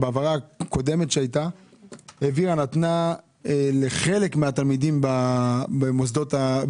בהעברה הקודמת שהייתה היא נתנה לחלק מהתלמידים במוכש"ר,